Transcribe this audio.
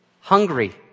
hungry